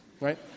right